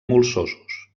molsosos